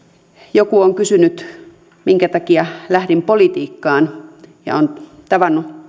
joku on kysynyt minkä takia lähdin politiikkaan ja olen tavannut